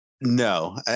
No